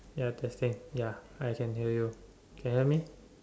ya testing ya I can hear you can hear me